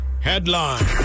headline